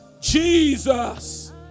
Jesus